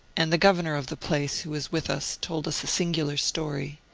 and the governor of the place, who was with us, told us a singular story.